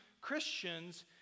Christians